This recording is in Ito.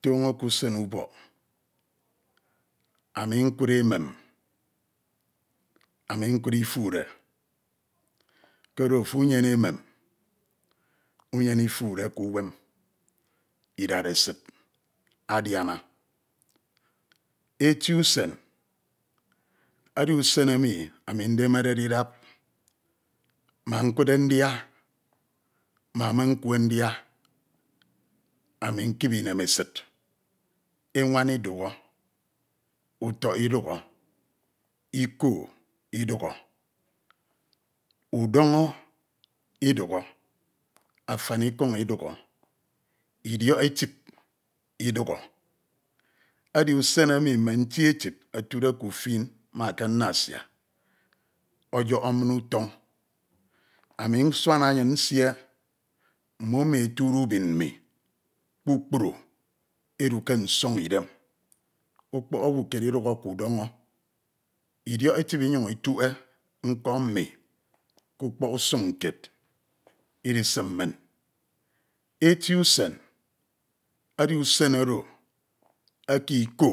toño ke usen ubọk ami nkud emem ami nkud isuere, koro ofo inyene emen inyene ifure ke uwem idaresid adiana. Eti usen edi usen emi ami ndemered idap ma nkudde ndia ma me nkwe ndia ami nkip inemesid enwan idkho utok idukho, iko idukho, udoño idukho afan ikọñ idukho idiok etip itakho, edi usen eni mme nti etip etude ke ufin ma ke nnasia ọyọhọ min utoñ. Ami nsuan anyin nsie edu ke nsoñ idem ukpọk ọwu kied idukhọ ke udọño idiọk etip inyuñ ituhe nkọñ mmu ke ikpọk usañ kied idisim min. Eti usan edi usan oro eke iko.